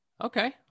Okay